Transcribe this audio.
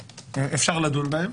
אפשר לדון בהן